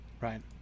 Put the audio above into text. right